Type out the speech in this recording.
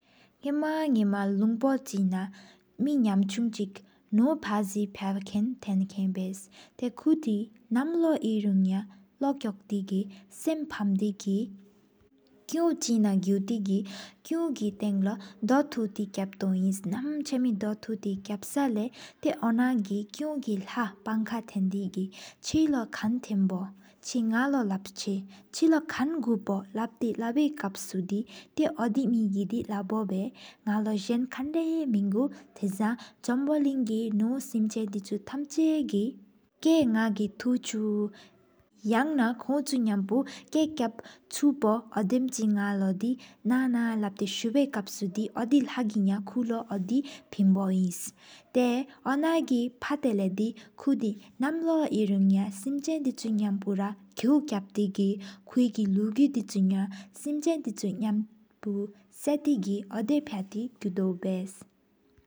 ཉ་མ ཉ་མ ལུང་པོ གཅིག ན། མེ་གནས་པོ གཅིག ནུ ཕ་གི་ཕྱ་བཞེན་ཐེང་དོ བལྟ། ཏེའུ་ཀུ སི་ནམ་ལོ ཨིན་ རུང་ ལ་ལོག་ཁོག་ཐེ་གི། སེམས་འཕམ་ དེ་གི ཀུག་ གཅིག ན་གུ་ཐེ་གི། ཀུག་ ཐང ལོ དོག ཐུག ཐི ཀབ་ཏོ ཨིན། ནམ་ཆ་མི་དོག དུ་ ཐི ཀབ་ས་ལ། ཏེའུ་ནག་ལ ཀུག་གི ལག་སྤང་ཁའ་ཐེན་དེ་གི། གཅིག་ལོ་ཁན་ཐེན་པོ་ཆེ་ནག་ལོ ལབ་སེ། ཆེ་ལོ་ཁན་གུ་པོ་ལབ་ཏི ལ་བས་ཀབ་ཨོ་དི། ཏེའུ་ཨོ་དི་མེ་གི དེ་ལ་བོ་བལྟ། ནག་ལོ་ཟེན་ཁན་ད མེང་གོ་དེ་བཟང་ནག་ལོ། ཛོམ་བོ་ལིན་གི ནུ སིམ་ཆ་དི་ཆུ ཐམ་ཆའ་གི། ཀེ་ནག་གི ཐོག་ཆུ ཡང་ན་ཁོང་ཆུ་ནམ་པོ། ཀུག་ཀབ་ཆུ་པོ དེམ་གཅིག་ནག་ལོ་ན་སྔགས། ལབ་ཏི་སུ་བའི་ཀབ་སུ་དེ་ཨོ་དེ་ལྷ་གི་ཡ་ཁུ་ལོ། ཨོ་དི ཕན་བོ ཨིན་ ཏེའུ་ཨོ་ན་ལ ཕ་ཏའ་ཀུ་ནམ་ལོ། ཧེན་རུ སིམ་ཆང་དི་ཆུ་ནམ་གཅིག་ཁོག། ཀབ་ཏེ་ ཡ་ན་ཁུ་གི་ལུ་གུ་དི་ཆུ་སིམ་ཅན། དི་ཆུ་ནམ་པོ སེཤེན་གྱུ་དོ བལྟ།